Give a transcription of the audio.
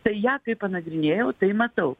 tai ją kai panagrinėjau tai matau